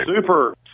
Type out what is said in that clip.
Super